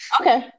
Okay